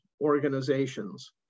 organizations